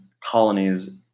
colonies